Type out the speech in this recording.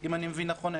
אם אני מבין נכון,